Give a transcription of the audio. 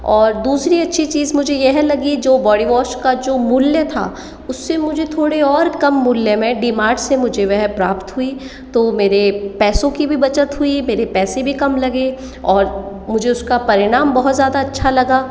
और दूसरी अच्छी चीज़ मुझे यह लगी जो बॉडी वॉश का जो मूल्य था उससे मुझे थोड़े और कम मूल्य में डी मार्ट से मुझे वह प्राप्त हुई तो मेरे पैसों की भी बचत हुई मेरे पैसे भी कम लगे और मुझे उसका परिणाम बहुत ज़्यादा अच्छा लगा